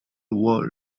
wall